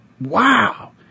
wow